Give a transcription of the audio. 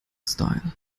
style